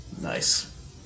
Nice